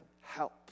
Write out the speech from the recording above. help